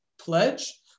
pledge